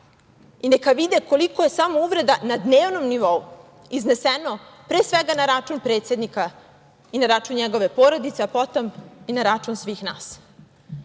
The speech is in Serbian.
i neka vide koliko je samo uvreda na dnevnom nivou izneseno, pre svega, na račun predsednika i na račun njegove porodice, a potom i na račun svih